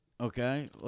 Okay